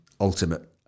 Ultimate